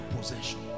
possession